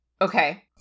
Okay